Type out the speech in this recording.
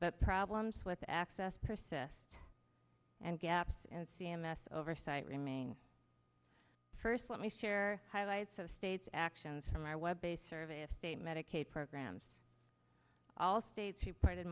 but problems with access persist and gaps and c m s oversight remain first let me share highlights of state's actions from our web based survey of state medicaid programs all states